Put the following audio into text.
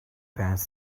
bench